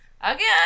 again